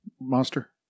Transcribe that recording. monster